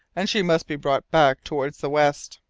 and she must be brought back towards the west.